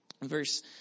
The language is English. Verse